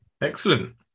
Excellent